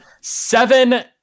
seven